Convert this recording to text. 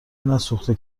نسوخته